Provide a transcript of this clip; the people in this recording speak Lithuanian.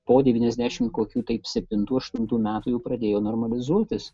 po deviasdešimt kokių taip septintų aštuntų metų jau pradėjo normalizuotis